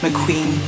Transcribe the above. McQueen